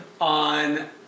on